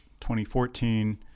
2014